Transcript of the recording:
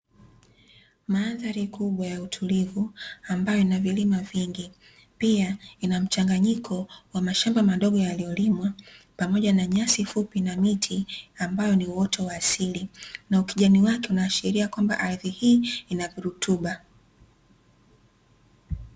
Mandhari kubwa ya utulivu ambayo ina vilima vingi pia ina mchanganyiko wa mashamba madogo yaliyolimwa, pamoja na nyasi fupi na miti ambayo ni uoto wa asili, na ukijani wake unaashiria kwamba ardhi hii ina virutuba.